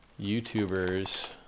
YouTubers